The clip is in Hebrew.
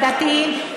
הדתיים,